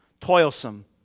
toilsome